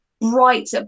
bright